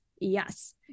yes